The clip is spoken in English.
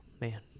man